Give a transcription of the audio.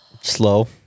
slow